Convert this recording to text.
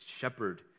shepherd